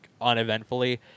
uneventfully